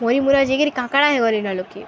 ମରିମୁରା ଯାଇକିରି କାଁ କାଁ ହେଇଗଲେନ ଲୋକେ